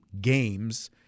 games